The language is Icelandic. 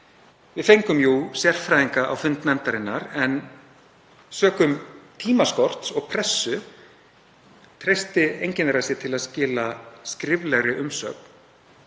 Við fengum jú sérfræðinga á fund nefndarinnar, en sökum tímaskorts og pressu treysti enginn þeirra sér til að skila skriflegri umsögn.